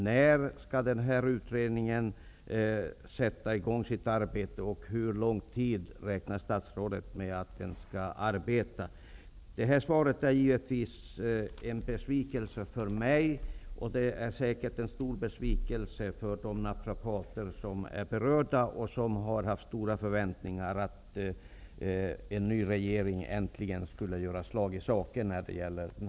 När skall utredningen sätta i gång sitt arbete, och hur lång tid räknar statsrådet med att utredningen skall arbeta? Det här svaret är givetvis en besvikelse för mig, och det är säkert en stor besvikelse för de naprapater som är berörda och som har haft stora förväntningar på att en ny regering äntligen skulle göra slag i saken.